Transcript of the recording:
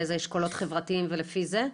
באיזה אשכולות חברתיים ולפי זה?